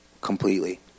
completely